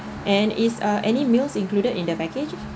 and is uh any meals included in the package